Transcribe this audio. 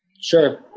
Sure